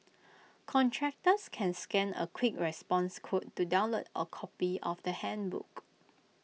contractors can scan A quick response code to download A copy of the handbook